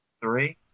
three